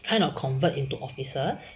kind of convert into offices